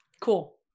Cool